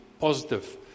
positive